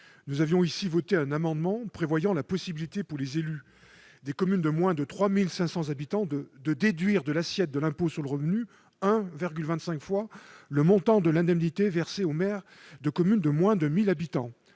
Nous avions adopté un amendement visant à permettre aux élus des communes de moins de 3 500 habitants de déduire de l'assiette de l'impôt sur le revenu 1,25 fois le montant de l'indemnité versée aux maires de communes de moins de 1 000 habitants